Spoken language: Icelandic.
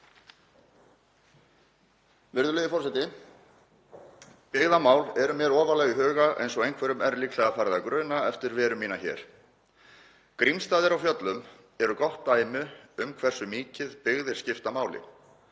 Virðulegur forseti. Byggðamál eru mér ofarlega í huga eins og einhvern er líklega farið að gruna eftir veru mína hér. Grímsstaðir á Fjöllum eru gott dæmi um hversu mikið byggðir skipta máli.